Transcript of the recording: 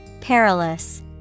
Perilous